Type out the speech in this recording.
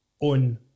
on